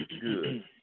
good